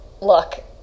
Look